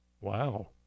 Wow